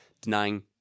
denying